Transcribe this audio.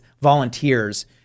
volunteers